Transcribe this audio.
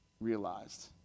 realized